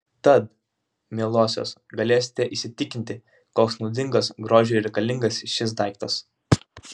tad mielosios galėsite įsitikinti koks naudingas grožiui reikalingas šis daiktas